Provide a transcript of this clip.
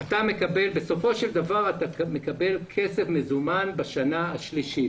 בסופו של דבר אתה מקבל כסף מזומן בשנה השלישית.